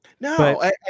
No